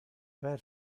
per